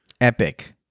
epic